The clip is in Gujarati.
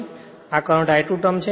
અને આ કરંટ I 2 ટર્મ છે